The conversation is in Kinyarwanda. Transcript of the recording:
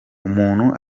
umuntu